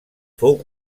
fou